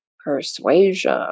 persuasion